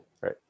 Right